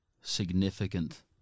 significant